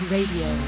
Radio